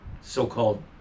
so-called